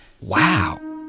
wow